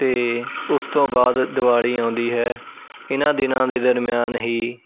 ਤੇ ਉਸ ਤੋਂ ਬਾਅਦ ਦੀਵਾਲੀ ਆਉਂਦੀ ਹੈ ਇਹਨਾਂ ਦਿਨਾਂ ਦੇ ਦਰਮਿਆਨ ਹੀ